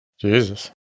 Jesus